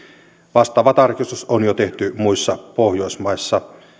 vastaava tarkistus on jo tehty muissa pohjoismaissa